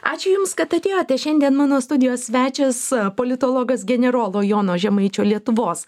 ačiū jums kad atėjote šiandien mano studijos svečias politologas generolo jono žemaičio lietuvos